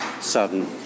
sudden